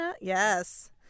yes